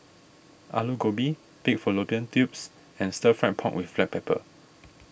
Aloo Gobi Pig Fallopian Tubes and Stir Fried Pork with Black Pepper